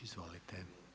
Izvolite.